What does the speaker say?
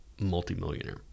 multimillionaire